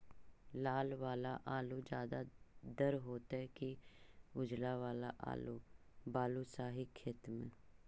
लाल वाला आलू ज्यादा दर होतै कि उजला वाला आलू बालुसाही खेत में?